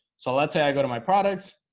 so let's say i go to my products